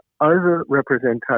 over-representation